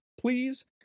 please